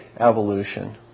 evolution